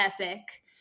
epic